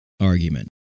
argument